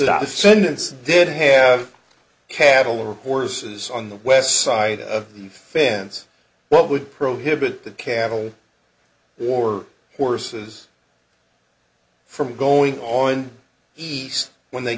the sentence did have cattle or horses on the west side of the fence what would prohibit the cattle or horses from going on east when they